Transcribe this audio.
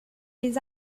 les